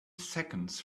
seconds